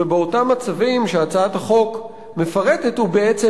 ובאותם מצבים שהצעת החוק מפרטת הוא בעצם